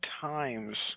times